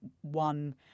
one